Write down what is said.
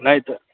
नहि तऽ